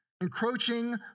encroaching